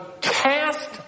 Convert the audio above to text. cast